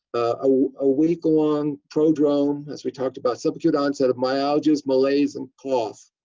a week-long prodrome as we talked about, sub acute onset of myalgias, malaise, and cough,